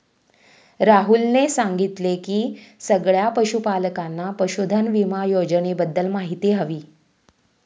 राहुलने सांगितले की सगळ्या पशूपालकांना पशुधन विमा योजनेबद्दल माहिती हवी